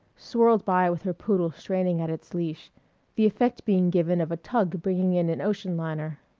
swirled by with her poodle straining at its leash the effect being given of a tug bringing in an ocean liner.